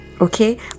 Okay